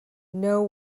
know